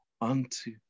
unto